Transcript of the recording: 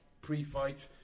pre-fight